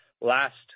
Last